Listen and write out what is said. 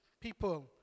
people